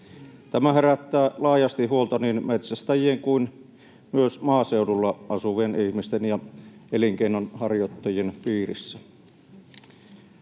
Tämä herättää laajasti huolta niin metsästäjien kuin myös maaseudulla asuvien ihmisten ja elinkeinonharjoittajien piirissä.